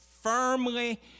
firmly